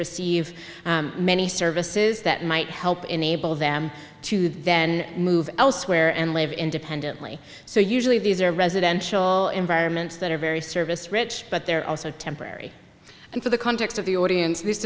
receive many services that might help enable them to then move elsewhere and live independently so usually these are residential environments that are very service rich but they're also temporary and for the context of the audience this